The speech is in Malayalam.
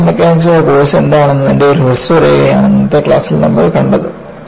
ഫ്രാക്ചർ മെക്കാനിക്സിന്റെ കോഴ്സ് എന്താണെന്നതിന്റെ ഒരു ഹ്രസ്വ രൂപരേഖയാണ് ഇന്നത്തെ ക്ലാസ്സിൽ നമ്മൾ കണ്ടത്